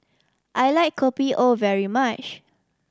I like Kopi O very much